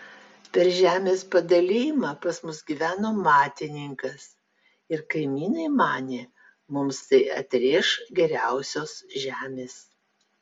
per žemės padalijimą pas mus gyveno matininkas ir kaimynai manė mums tai atrėš geriausios žemės